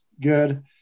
good